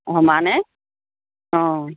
সমানে অঁ